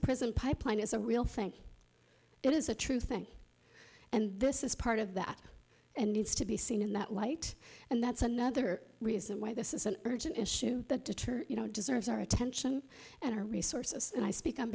prison pipeline is a real thing it is a true thing and this is part of that and needs to be seen in that light and that's another reason why this is an urgent issue the deter you know deserves our attention and our resources and i speak on